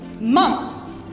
months